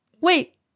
wait